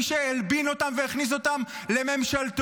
כמי שהלבין אותם והכניס אותם לממשלתו.